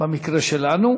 במקרה שלנו,